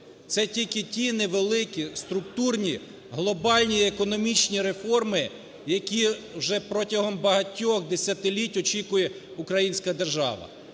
Це тільки ті невеликі структурні, глобальні економічні реформи, які вже протягом багатьох десятиліть очікує українська держава.